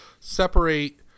separate